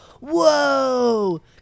whoa